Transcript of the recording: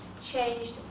changed